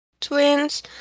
twins